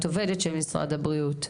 את עובדת של משרד הבריאות.